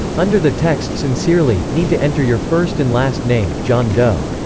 under the text sincerely, need to enter your first and last name john doe